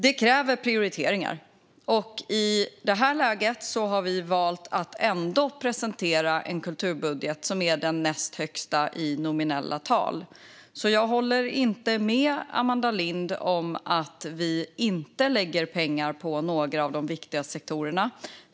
Det här kräver prioriteringar, men i detta läge har vi ändå valt att presentera en kulturbudget som är den näst högsta i nominella tal. Jag håller därför inte med Amanda Lind om att vi inte lägger pengar på viktiga sektorer.